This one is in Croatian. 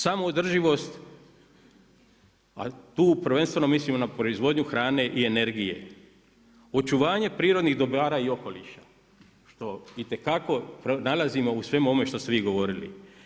Samoodrživost a tu prvenstveno mislimo na proizvodnju hrane i energije, očuvanje prirodnih dobara i okoliša što itekako pronalazimo u svemu ovome što ste vi govorili.